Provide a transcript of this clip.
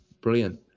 Brilliant